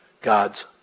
God's